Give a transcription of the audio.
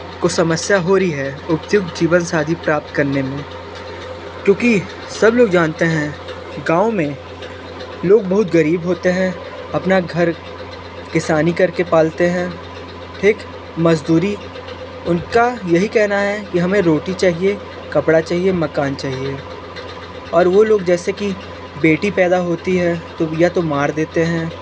को समस्या हो रही है उपयुक्त जीवनसाथी प्राप्त करने में क्योंकि सब लोग जानते हैं गाओं में लोग बहुत गरीब होते हैं अपना घर किसानी करके पालते हैं मज़दूरी उनका यही कहना है कि हमें रोटी चाहिए कपड़ा चाहिए मकान चाहिए और वो लोग जैसे कि बेटी पैदा होती है तो या तो मार देते हैं